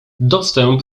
dostęp